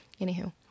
anywho